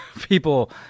people